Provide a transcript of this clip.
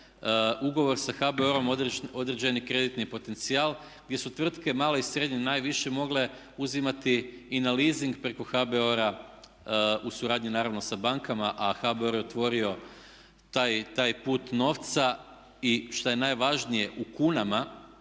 ugovor sa HBOR-om određeni kreditni potencijal gdje su tvrtke male i srednje najviše mogle uzimati i na leasing preko HBOR-a u suradnji naravno sa bankama a HBOR je otvorio taj put novca i šta je najvažnije, znači